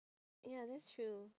ya that's true